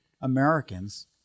Americans